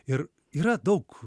ir yra daug